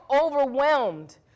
overwhelmed